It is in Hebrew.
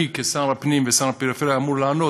אני כשר הפנים וכשר הפריפריה צריך לענות,